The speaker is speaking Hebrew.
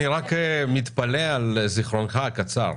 אני רק מתפלא על זיכרונך הקצר.